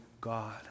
God